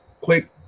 quick